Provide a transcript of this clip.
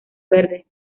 verde